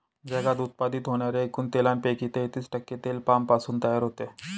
जगात उत्पादित होणाऱ्या एकूण तेलापैकी तेहतीस टक्के तेल पामपासून तयार होते